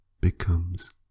becomes